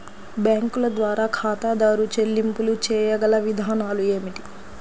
బ్యాంకుల ద్వారా ఖాతాదారు చెల్లింపులు చేయగల విధానాలు ఏమిటి?